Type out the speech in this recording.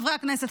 חברי הכנסת,